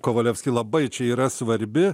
kovalevski labai čia yra svarbi